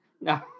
no